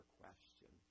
question